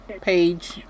page